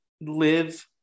live